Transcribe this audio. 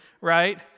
right